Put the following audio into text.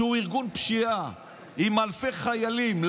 שהוא ארגון פשיעה עם אלפי חיילים,